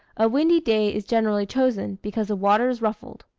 a windy day is generally chosen, because the water is ruffled.